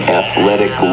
athletic